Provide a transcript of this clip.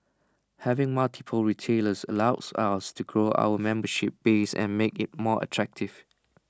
having multiple retailers allows us to grow our membership base and make IT more attractive